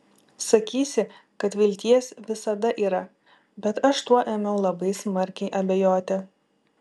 sakysi kad vilties visada yra bet aš tuo ėmiau labai smarkiai abejoti